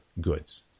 goods